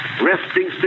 resting